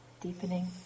deepening